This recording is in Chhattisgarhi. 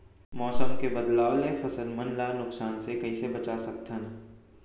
मौसम के बदलाव ले फसल मन ला नुकसान से कइसे बचा सकथन?